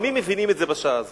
וחכמים מבינים את זה בשעה הזאת.